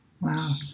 Wow